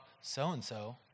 so-and-so